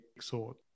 sword